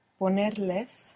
ponerles